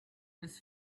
was